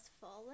fallen